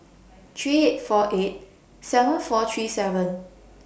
three eight four eight seven four three seven